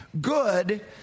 Good